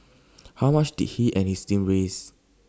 how much did he and his team raise